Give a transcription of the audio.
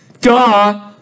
Duh